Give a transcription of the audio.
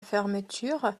fermeture